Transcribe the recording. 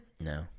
no